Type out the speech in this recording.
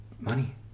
money